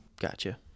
gotcha